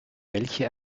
welche